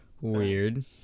Weird